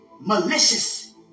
malicious